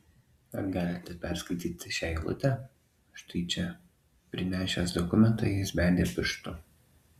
ar galite perskaityti šią eilutę štai čia prinešęs dokumentą jis bedė pirštu